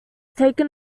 taken